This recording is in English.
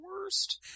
worst